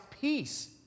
peace